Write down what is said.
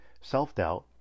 self-doubt